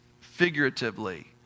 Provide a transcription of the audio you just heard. figuratively